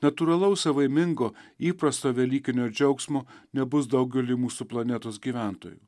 natūralaus savaimingo įprasto velykinio džiaugsmo nebus daugeliui mūsų planetos gyventojų